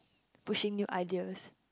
pushing new ideas